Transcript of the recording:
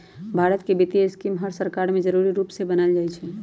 भारत के वित्तीय स्कीम हर सरकार में जरूरी रूप से बनाएल जाई छई